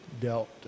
dealt